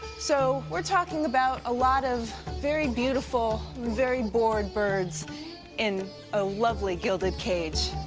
so we're talking about a lot of very beautiful, very bored birds in a lovely gilded cage.